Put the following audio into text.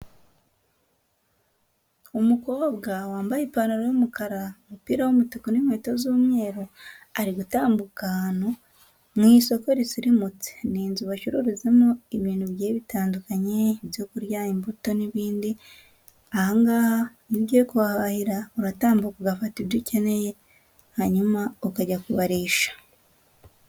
Umukobwa wambaye ipantaro y'umukara, umupira w'umutuku n'inkweto z'umweru ari gutambuka ahantu mu isoko risirimutse, ni inzu bacururizamo ibintu bigiye bitandukanye ibyo kurya, imbuto n'ibindi aha ngaha iyo ugiye kuhahahira uratambaka ugafata ibyo ukeneye hanyuma ukajya kubarisha.